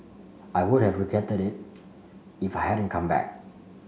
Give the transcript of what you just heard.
I would have regretted it if hadn't come back